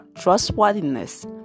trustworthiness